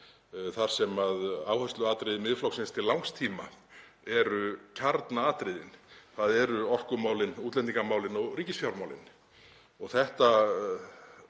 þar sem áhersluatriði Miðflokksins til langs tíma eru kjarnaatriðin. Það eru orkumálin, útlendingamálin og ríkisfjármálin. Þetta,